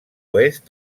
oest